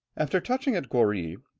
after touching at goree,